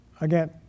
Again